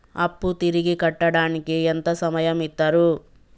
అప్పు తిరిగి కట్టడానికి ఎంత సమయం ఇత్తరు?